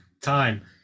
time